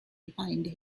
behind